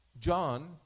John